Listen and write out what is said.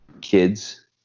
kids